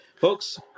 folks